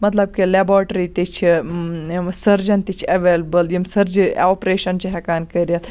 مَطلَب کہِ لیبارٹرٛی تہِ چھِ سٔرجَن تہِ چھِ اَیولیبٕل یِم سرجہِ آپریشَن چھِ ہیٚکان کٔرِتھ